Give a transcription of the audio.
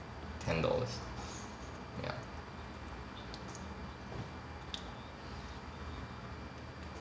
ten dollars ya